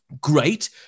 great